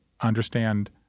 understand